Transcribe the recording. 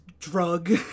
Drug